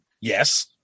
Yes